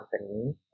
company